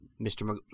mr